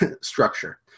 structure